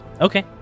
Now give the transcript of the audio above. Okay